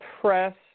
press